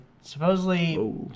Supposedly